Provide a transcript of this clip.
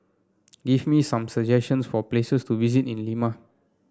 give me some suggestions for places to visit in Lima